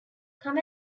come